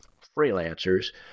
freelancers